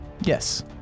Yes